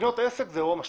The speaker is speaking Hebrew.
לקנות עסק זה אירוע משמעותי.